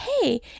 hey